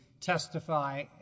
testify